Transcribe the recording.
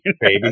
baby